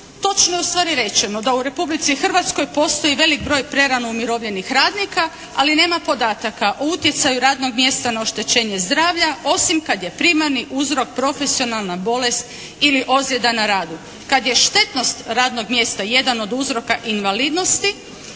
točno je ustvari rečeno da u Republici Hrvatskoj postoji velik broj prerano umirovljenih radnika ali nema podataka o utjecaju radnog mjesta na oštećenje zdravlja osim kad je primarni uzrok profesionalna bolest ili ozljeda na radu. Kad je štetnost radnog mjesta jedan od uzroka invalidnosti,